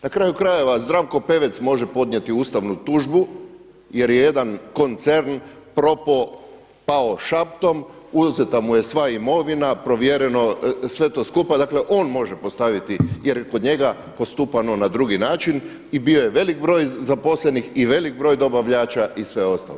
Na kraju krajeva Zdravko Pevec može podnijeti ustavnu tužbu jer je jedan koncern propao, pao šaptom, uzeta mu je sva imovina, provjereno sve to skupa, dakle on može postaviti jer je kod njega postupano na drugi način i bio je velik broj zaposlenih i velik broj dobavljača i sve ostalo.